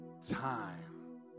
time